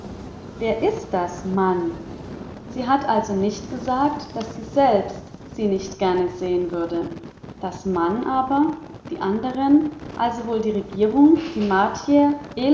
wer ist das man sie hat also nicht gesagt daß sie selbst sie nicht gern sehen würde das man aber die andern also wohl die regierung